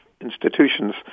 institutions